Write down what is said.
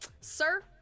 sir